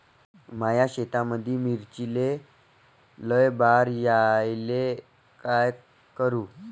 माया शेतामंदी मिर्चीले लई बार यायले का करू?